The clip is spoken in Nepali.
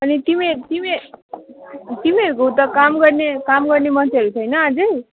अनि तिमी तिमी तिमीहरूको उता काम गर्ने काम गर्ने मान्छेहरू छैन अझै